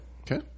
Okay